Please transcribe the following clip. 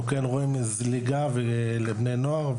אנחנו כן רואים זליגה לבני נוער,